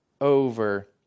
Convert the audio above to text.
over